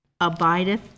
abideth